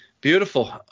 Beautiful